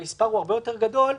המספר הוא הרבה יותר גדול,